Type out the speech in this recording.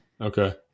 Okay